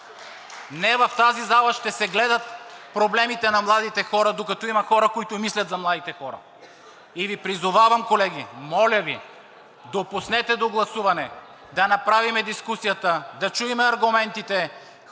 Не, в тази зала ще се гледат проблемите на младите хора, докато има хора, които мислят за младите хора. И Ви призовавам, колеги, моля Ви, допуснете до гласуване, да направим дискусията, да чуем аргументите,